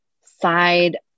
side